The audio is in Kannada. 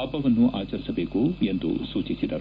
ಹಬ್ಬವನ್ನು ಆಚರಿಸಬೇಕೆಂದು ಸೂಚಿಸಿದರು